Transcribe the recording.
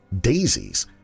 daisies